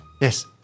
Yes